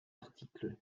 article